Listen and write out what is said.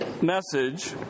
message